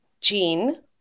Gene